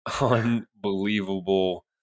unbelievable